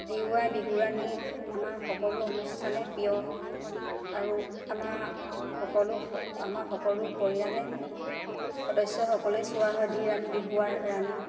D Y Bihu Rani আমাৰ সকলো অনুষ্ঠানেই প্ৰিয় আৰু আমাৰ সকলো আমাৰ সকলো পৰিয়ালে সদস্য সকলোৱে চোৱা হয় ডি ৰাণী বিহুৱাৰাণী